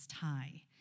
High